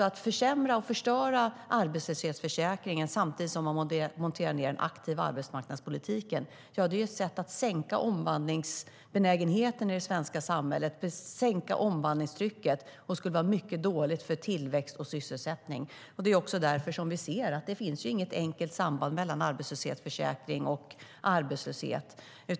Att försämra och förstöra arbetslöshetsförsäkringen samtidigt som man monterar ned den aktiva arbetsmarknadspolitiken är ett sätt att minska omvandlingsbenägenheten och sänka omvandlingstrycket i det svenska samhället. Det skulle vara mycket dåligt för tillväxt och sysselsättning. Vi ser också att det inte finns något enkelt samband mellan arbetslöshetsförsäkring och arbetslöshet.